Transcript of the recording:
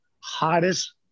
hottest